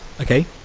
Okay